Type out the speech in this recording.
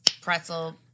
pretzel